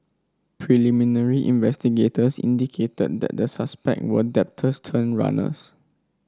preliminary investigators indicated that the suspect were debtors turned runners